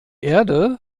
erde